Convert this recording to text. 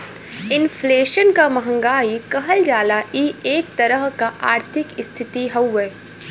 inflation क महंगाई कहल जाला इ एक तरह क आर्थिक स्थिति हउवे